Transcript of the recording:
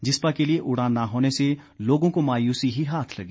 जिसपा के लिए उड़ान न होने से लोगों को मायूसी ही हाथ लगी